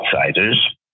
outsiders